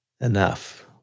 Enough